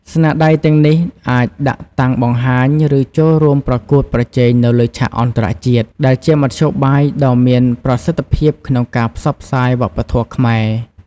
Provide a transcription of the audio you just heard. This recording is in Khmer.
ស្នាដៃទាំងនេះអាចដាក់តាំងបង្ហាញ ឬចូលរួមប្រកួតប្រជែងនៅលើឆាកអន្តរជាតិ ដែលជាមធ្យោបាយដ៏មានប្រសិទ្ធភាពក្នុងការផ្សព្វផ្សាយវប្បធម៌ខ្មែរ។